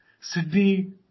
Sydney